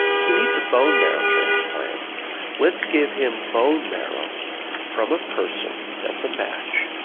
he needs a bone marrow transplant let's give him bone marrow from a person that's a match,